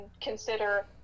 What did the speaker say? consider